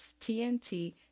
TNT